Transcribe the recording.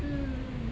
mm